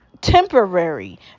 temporary